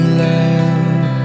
love